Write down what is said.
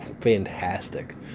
fantastic